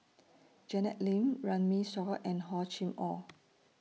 Janet Lim Runme Shaw and Hor Chim Or